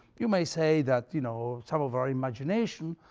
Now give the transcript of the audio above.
you may say that you know some of our imagination